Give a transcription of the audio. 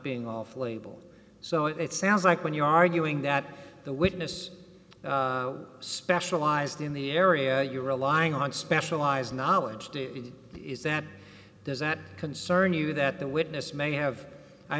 being awfully so it sounds like when you're arguing that the witness specialized in the area you're relying on specialized knowledge is that does that concern you that the witness may have i